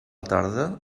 tarda